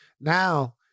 now